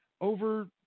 over